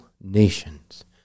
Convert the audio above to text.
nations